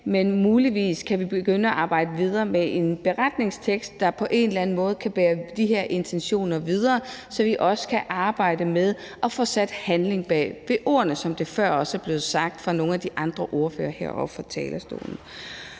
men muligvis kan vi begynde at arbejde videre med en beretningstekst, der på en eller anden måde kan bære de her intentioner videre, så vi også kan arbejde med at få sat handling bag ordene, som det også blev sagt før af nogle af de andre ordførere heroppe på talerstolen.